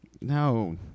No